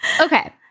Okay